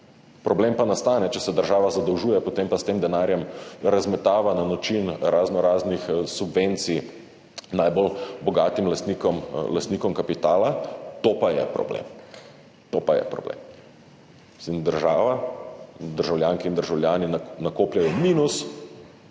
Problem pa nastane, če se država zadolžuje, potem pa s tem denarjem razmetava na način raznoraznih subvencij najbolj bogatim lastnikom kapitala. To pa je problem. To pa je problem. Država, državljanke in državljani si nakopljejo minus,